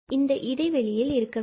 இந்த இடைவெளியில் இருக்க வேண்டும்